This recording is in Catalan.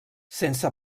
sense